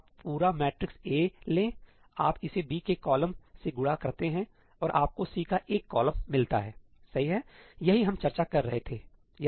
आप पूरा matrix A लेंआप इसे B के कॉलम से गुणा करते हैं और आपको C का एक कॉलम मिलता हैसही है यही हम चर्चा कर रहे थे